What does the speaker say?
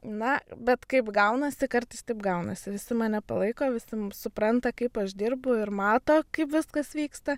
na bet kaip gaunasi kartais taip gaunasi visi mane palaiko visi m supranta kaip aš dirbu ir mato kaip viskas vyksta